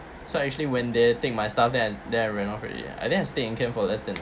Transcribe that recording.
so I actually went there take my stuff then then I ran off already ah I think I stay in camp for less than